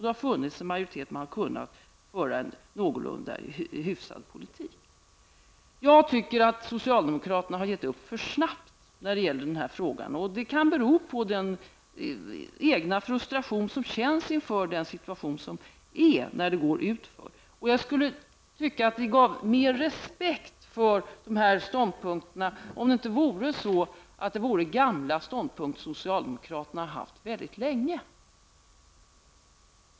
Det har då funnits en majoritet och man har kunnat föra en någorlunda hyfsad politik. Jag tycker att socialdemokraterna har gett upp för snabbt när det gäller den här frågan. Det kan bero på den egna frustrationen man känner när det går utför. De här ståndpunkterna skulle kunna få mera respekt om det inte vore så att det är fråga om gamla ståndpunkter som socialdemokraterna har haft mycket länge.